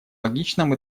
логичном